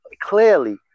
clearly